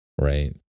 Right